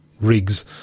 rigs